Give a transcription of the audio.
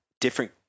different